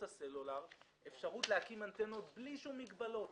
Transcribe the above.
הסלולר אפשרות להקים אנטנות בלי שום מגבלות